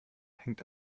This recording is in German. hängt